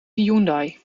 hyundai